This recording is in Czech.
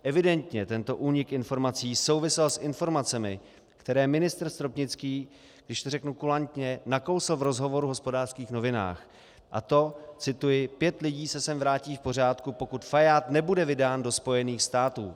Evidentně tento únik informací souvisel s informacemi, které ministr Stropnický, když to řeknu kulantně, nakousl v rozhovoru v Hospodářských novinách, a to cituji: Pět lidí se sem vrátí v pořádku, pokud Fajád nebude vydán do Spojených států.